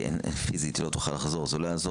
כי פיסית היא לא תוכל לחזור, זה לא יעזור.